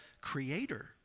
creator